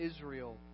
Israel